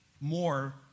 more